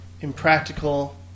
impractical